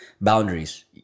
boundaries